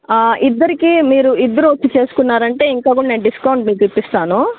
ఇద్దరికీ మీరు ఇద్దరూ వచ్చి చేసుకున్నారంటే ఇంకా కూడా నేను డిస్కౌంట్ మీకు ఇప్పిస్తాను